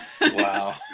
wow